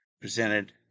presented